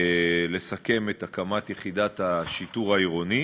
לסכם את הקמת יחידת השיטור העירוני,